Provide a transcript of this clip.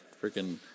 Freaking